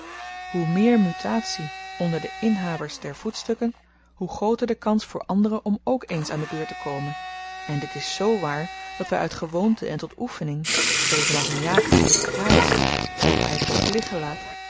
hoe meer mutatie onder de inhabers der voetstukken hoe grooter de kans voor anderen om k eens aan de beurt te komen en dit is z waar dat wy uit gewoonte en tot oefening even als een jager die op kraaien schiet welke hy toch liggen